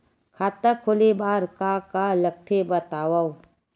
खाता खोले बार का का लगथे बतावव?